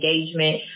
engagement